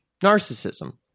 narcissism